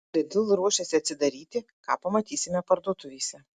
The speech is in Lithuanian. lidl ruošiasi atsidaryti ką pamatysime parduotuvėse